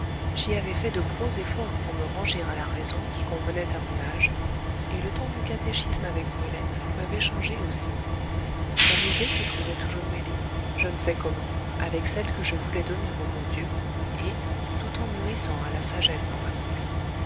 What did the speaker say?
j'y avais fait de gros efforts pour me ranger à la raison qui convenait à mon âge et le temps du catéchisme avec brulette m'avait changé aussi son idée se trouvait toujours mêlée je ne sais comment avec celle que je voulais donner au bon dieu et tout en mûrissant à la sagesse dans ma conduite